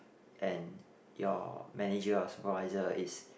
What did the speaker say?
and your manager or supervisor is